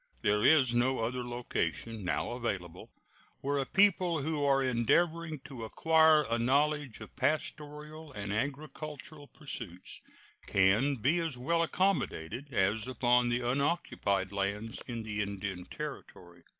there is no other location now available where a people who are endeavoring to acquire a knowledge of pastoral and agricultural pursuits can be as well accommodated as upon the unoccupied lands in the indian territory.